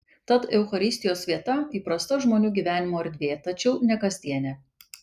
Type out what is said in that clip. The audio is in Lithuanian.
tad eucharistijos vieta įprasta žmonių gyvenimo erdvė tačiau ne kasdienė